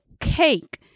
cake